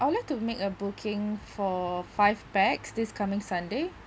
I would like to make a booking for five pax this coming sunday